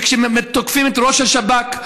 וכשתוקפים את ראש השב"כ,